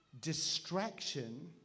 distraction